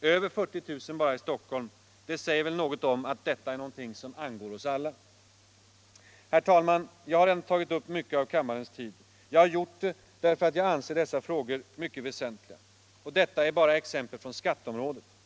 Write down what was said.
Över 40 000 bara i Stockholm! Det säger väl något om att detta är någonting som angår oss alla. Herr talman! Jag har redan tagit upp mycket av kammarens tid. Jag har gjort det därför att jag anser dessa frågor så väsentliga. Detta är bara exempel från skatteområdet.